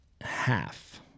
half